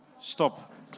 Stop